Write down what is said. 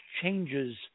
changes